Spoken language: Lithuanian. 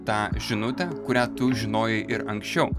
tą žinutę kurią tu žinojai ir anksčiau